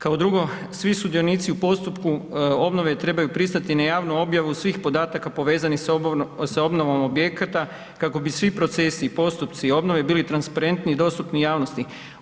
Kao drugo, svi sudionici u postupku obnove trebaju pristati na javnu objavu svih podataka povezanih sa obnovom objekata kako bi svi procesi i postupci obnove bili transparentni i dostupni javnosti.